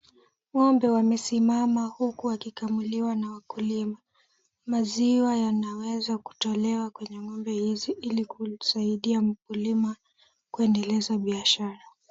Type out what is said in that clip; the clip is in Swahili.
Ng'ombe wamesimama huku wakikamuliwa na wakulima. Maziwa yanaweza kutolewa kwenye ng'ombe hizi ili kusaidia mkulima kuendeleza biashara.